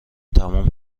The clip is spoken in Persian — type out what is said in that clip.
تموم